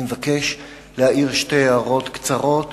אני מבקש להעיר שתי הערות קצרות